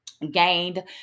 gained